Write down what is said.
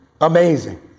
amazing